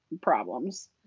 problems